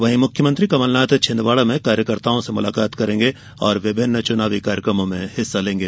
वहीं मुख्यमंत्री कमलनाथ छिन्दवाड़ा में कार्यकर्ताओं से मुलाकात करेंगे और विभिन्न चुनावी कार्यक्रमों में हिस्सा लेंगे